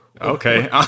Okay